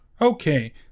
Okay